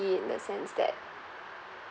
~ky in the sense that